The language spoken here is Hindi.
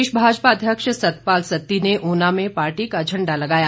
प्रदेश भाजपा अध्यक्ष सतपाल सत्ती ने ऊना में पार्टी का झण्डा लगाया